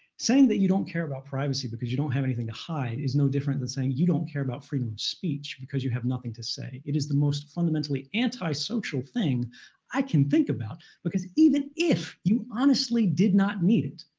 saying that you don't care about privacy because you don't have anything to hide is no different than saying you don't care about freedom of speech because you have nothing to say. it is the most fundamentally anti-social thing i can think about. because even if you honestly did not need it,